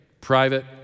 Private